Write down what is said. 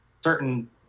certain